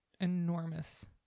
enormous